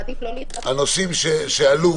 הנושאים שעלו